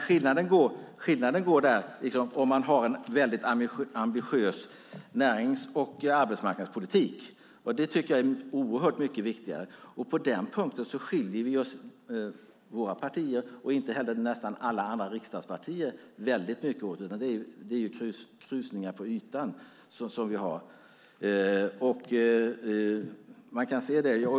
Skillnaden gäller huruvida man har en väldigt ambitiös närings och arbetsmarknadspolitik. Det tycker jag är oerhört mycket viktigare. På den punkten skiljer våra partier sig inte så väldigt mycket åt, inte heller nästan några andra riksdagspartier. Det är krusningar på ytan.